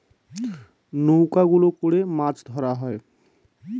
নৌকা গুলো করে মাছ ধরা হয়